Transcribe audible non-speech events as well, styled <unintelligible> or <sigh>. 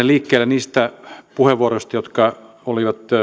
<unintelligible> liikkeelle niistä puheenvuoroista jotka olivat